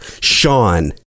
sean